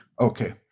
Okay